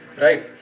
right